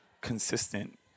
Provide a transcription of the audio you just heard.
consistent